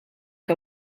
que